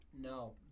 No